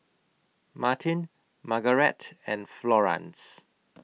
Martin Margarete and Florance